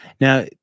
Now